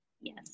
Yes